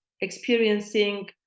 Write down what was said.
experiencing